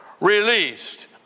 released